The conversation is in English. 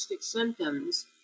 symptoms